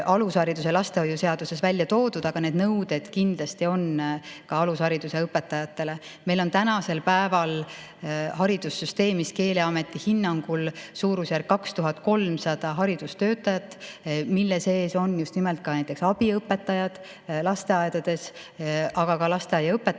alushariduse ja lapsehoiu seaduses välja toodud, aga need nõuded kindlasti kehtivad ka alushariduse õpetajatele. Meil on tänasel päeval haridussüsteemis Keeleameti hinnangul suurusjärgus 2300 haridustöötajat, kelle hulgas on just nimelt ka näiteks abiõpetajad lasteaedades, aga ka lasteaiaõpetajad,